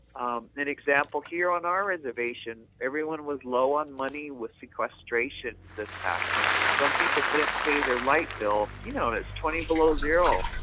an example here on our reservation, everyone was low on money with sequestration this past winter. some people couldn't pay their light bill you know and it's twenty below zero.